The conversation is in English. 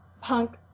punk